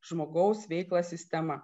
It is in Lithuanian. žmogaus veiklą sistema